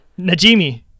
Najimi